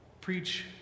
preach